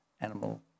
animal